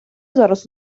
зараз